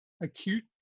acute